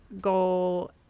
goal